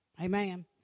Amen